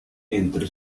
entre